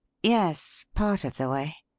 yes part of the way.